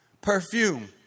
perfume